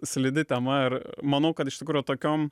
slidi tema ir manau kad iš tikro tokiom